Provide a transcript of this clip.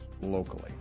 locally